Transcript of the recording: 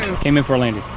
came in for a landing.